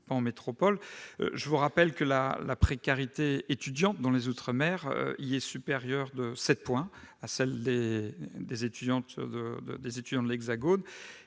pas en métropole. Je rappelle que la précarité étudiante en outre-mer est supérieure de 7 points à celle des étudiants de l'Hexagone